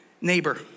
neighbor